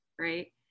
Right